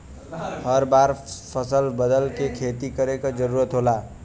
हर बार फसल बदल के खेती करे क जरुरत होला